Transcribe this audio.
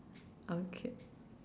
okay